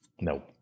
No